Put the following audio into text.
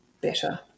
better